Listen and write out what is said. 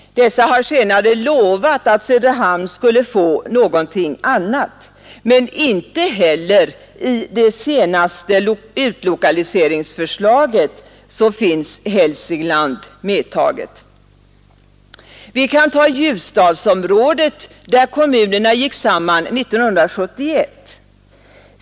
Dessa har senare lovat att Söderhamn skulle få någonting annat, men inte heller i det senaste utlokaliseringsförslaget finns Hälsingland medtaget. Vi kan ta Ljusdalsområdet, där kommunerna gick samman år 1971.